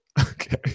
Okay